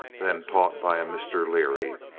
then taught by a mr. leary,